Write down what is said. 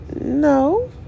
no